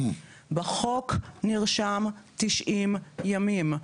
בחוק נרשם 90 ימים,